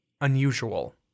unusual